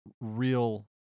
real